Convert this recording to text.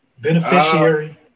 Beneficiary